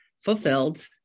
fulfilled